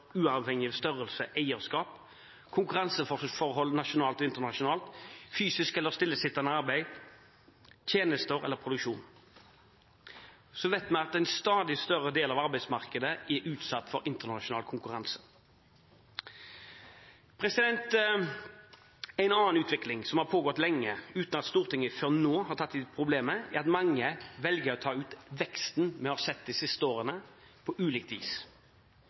uavhengig av størrelse, eierskap, konkurranseforhold nasjonalt og internasjonalt, fysisk eller stillesittende arbeid, tjenester eller produksjon. Og så vet vi at en stadig større del av arbeidsmarkedet er utsatt for internasjonal konkurranse. En annen utvikling som har pågått lenge, uten at Stortinget før nå har tatt tak i problemet, er at mange velger å ta ut veksten vi har sett de siste årene, på ulikt vis.